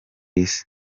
isi